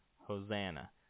Hosanna